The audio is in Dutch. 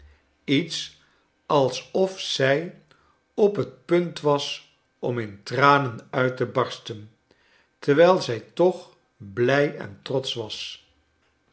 iets alsof zij op het punt was om in tranen uit te barsten terwijl zij toch big en trotsch was